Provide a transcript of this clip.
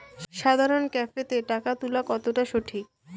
সাধারণ ক্যাফেতে টাকা তুলা কতটা সঠিক?